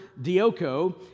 dioko